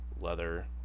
leather